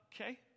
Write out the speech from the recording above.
okay